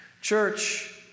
Church